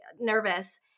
nervous